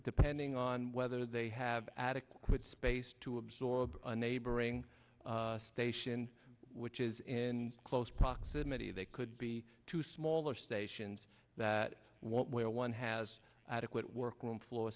depending on whether they have adequate space to absorb a neighboring station which is in close proximity they could be two smaller stations that where one has adequate workroom floor